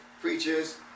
preachers